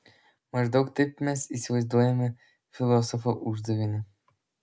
maždaug taip mes įsivaizduojame filosofo uždavinį